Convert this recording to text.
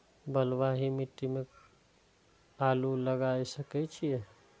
बलवाही मिट्टी में आलू लागय सके छीये?